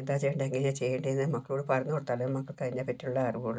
എന്താ ചെയ്യേണ്ടെങ്കി എങ്ങനെയാണ് ചെയ്യണ്ടതെന്ന് മക്കളോട് പറഞ്ഞ് കൊടുത്താലെ മക്കൾക്കതിനെ പറ്റിയുള്ള അറിവുള്ളു